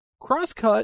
Crosscut